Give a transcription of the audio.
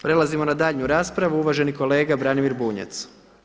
Prelazimo na daljnju raspravu, uvaženi kolega Branimir Bunjac.